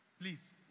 please